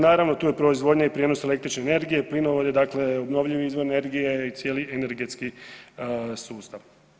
Naravno tu je proizvodnja i prijenos električne energije, plinovodi dakle obnovljivi izvori energije i cijeli energetski sustav.